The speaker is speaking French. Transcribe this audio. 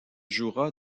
jouera